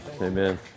Amen